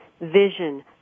vision